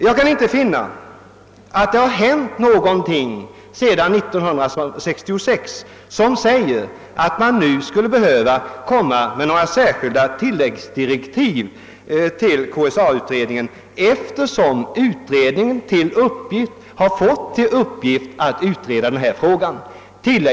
Jag kan inte finna att någonting har hänt sedan 1966 som skulle göra det nödvändigt att nu lämna särskilda tilläggsdirektiv till KSA-utredningen, eftersom utredningen har fått till uppgift att utreda denna fråga.